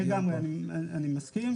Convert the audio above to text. לגמרי, אני מסכים.